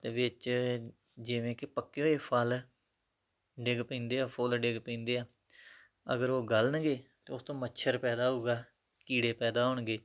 ਅਤੇ ਵਿੱਚ ਜਿਵੇਂ ਕਿ ਪੱਕੇ ਹੋਏ ਫ਼ਲ ਡਿੱਗ ਪੈਂਦੇ ਆ ਫੁੱਲ ਡਿੱਗ ਪੈਂਦੇ ਆ ਅਗਰ ਉਹ ਗਲਣਗੇ ਤਾਂ ਉਸ ਤੋਂ ਮੱਛਰ ਪੈਦਾ ਹੋਊਗਾ ਕੀੜੇ ਪੈਦਾ ਹੋਣਗੇ